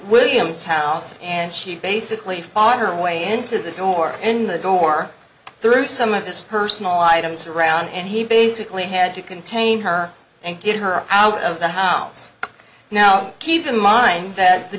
william's house and she basically fought her way into the door in the door through some of this personal items around and he basically had to contain her and get her out of the house now keep in mind that the